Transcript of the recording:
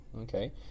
okay